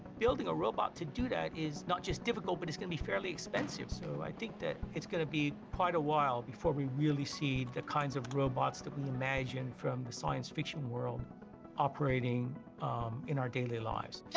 building a robot to do that is not just difficult, but it's gonna be fairly expensive, so i think that it's gonna be quite a while before we really see the kinds of robots that we imagine from the science-fiction world operating in our daily lives.